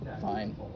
Fine